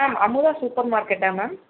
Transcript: ma'am Amudha super மார்க்கெட்டா ma'am